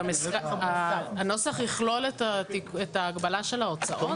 הנוסח יכלול את ההגבלה של ההוצאות?